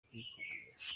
kuyikumira